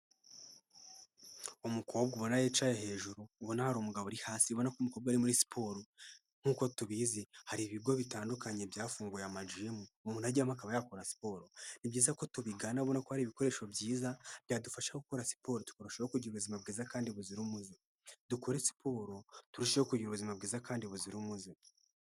Umukobwa ubona yicaye hejuru ubona hari umugabo uri hasi, bibona ko umukobwa uri muri siporo, nk'uko tubizi hari ibigo bitandukanye byafunguye amajimu umuntu ajyamo akaba yakora siporo, ni byiza ko tubigana ubona ko hari ibikoresho byiza byadufasha gukora siporo tukarushaho kugira ubuzima bwiza kandi buzira umuze. Dukore siporo turusheho kugira ubuzima bwiza kandi buzira umuze.